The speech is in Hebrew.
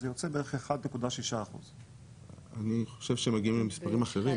אז זה יוצא בעצם 1.6%. אני חושב שמגיעים למספרים אחרים.